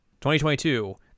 2022